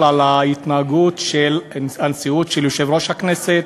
על ההתנהגות של הנשיאות של יושב-ראש הכנסת.